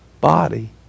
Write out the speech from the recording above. body